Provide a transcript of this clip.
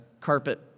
carpet